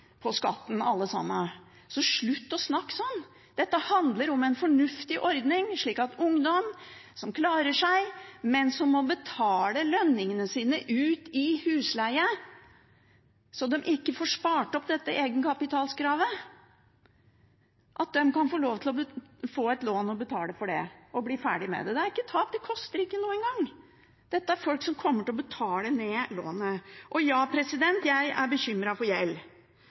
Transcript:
på skatten, alle sammen. Så slutt å snakke sånn! Dette handler om en fornuftig ordning, slik at ungdom som klarer seg, men som må bruke lønningene sine ut i husleie så de ikke får spart opp til egenkapitalkravet, kan få et lån og betale for det, og bli ferdig med det. Det er ikke et tap. Det koster ikke noe engang. Dette er folk som kommer til å betale ned lånet. Ja, jeg er bekymret for gjeld.